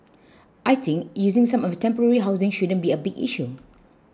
I think using some of temporary housing shouldn't be a big issue